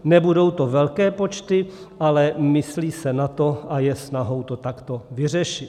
Nebudou to velké počty, ale myslí se na to a je snahou to takto vyřešit.